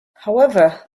however